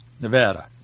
Nevada